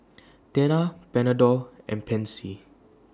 Tena Panadol and Pansy